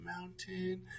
mountain